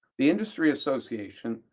the industry association,